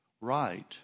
right